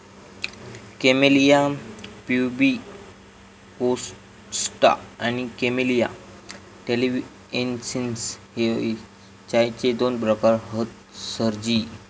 camellia pubicosta आणि camellia taliensis हे चायचे दोन प्रकार हत सरजी